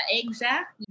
exact